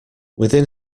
within